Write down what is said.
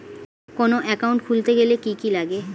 কোন একাউন্ট খুলতে গেলে কি কি লাগে?